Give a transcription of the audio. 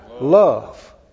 love